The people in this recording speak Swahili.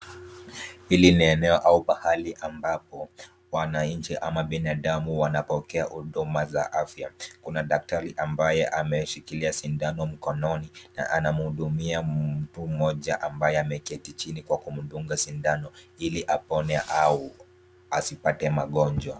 Hili ni eneo au pahali ambapo wananchi ama binadamu wanapokea huduma za afya. Kuna daktari ambaye ameshikilia sindano mkononi na anamhudumia mtu mmoja ambaye ameketi chini kwa kumdunga sindano ili apone au asipate magonjwa.